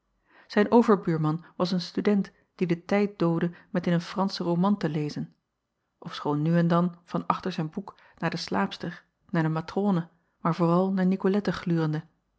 ijn overbuurman was een student die den tijd doodde met in een ranschen roman te lezen ofschoon nu en dan van achter zijn boek naar de slaapster naar de matrone maar vooral naar icolette glurende